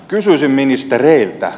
kysyisin ministereiltä